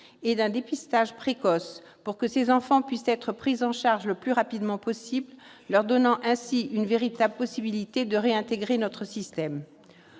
d'un dépistage précoce leur permettant d'être pris en charge le plus rapidement possible, leur donnant ainsi une véritable opportunité de réintégrer notre système.